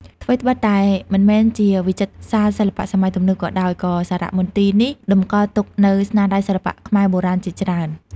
ថ្វីត្បិតតែមិនមែនជាវិចិត្រសាលសិល្បៈសម័យទំនើបក៏ដោយ ក៏សារមន្ទីរនេះតម្កល់ទុកនូវស្នាដៃសិល្បៈខ្មែរបុរាណជាច្រើន។